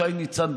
שי ניצן,